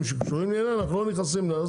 שקשורים לעניין אנחנו לא נכנסים לזה,